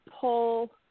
pull